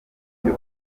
ibyo